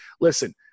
listen